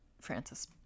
Francis